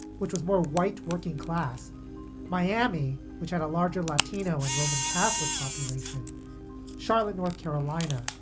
which was more white working class miami, which had a larger latino and roman catholic population charlotte, north carolina.